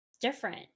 different